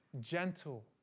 gentle